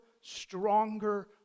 stronger